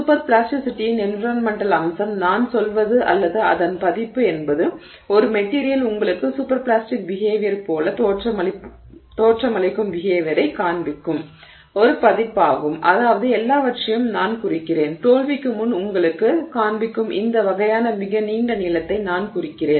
super பிளாஸ்டிசிட்டியின் environmental அம்சம் நான் சொல்வது அல்லது அதன் பதிப்பு என்பது ஒரு மெட்டீரியல் உங்களுக்கு சூப்பர் பிளாஸ்டிக் பிஹேவியர் போல தோற்றமளிக்கும் பிஹேவியரைக் காண்பிக்கும் ஒரு பதிப்பாகும் அதாவது எல்லாவற்றையும் நான் குறிக்கிறேன் தோல்விக்கு முன் உங்களுக்குக் காண்பிக்கும் இந்த வகையான மிக நீண்ட நீளத்தை நான் குறிக்கிறேன்